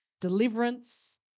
Deliverance